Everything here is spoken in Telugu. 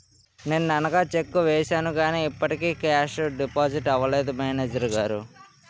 నిన్ననగా చెక్కు వేసాను కానీ ఇప్పటికి కేషు డిపాజిట్ అవలేదు మేనేజరు గారు